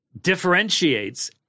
differentiates